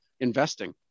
investing